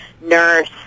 nurse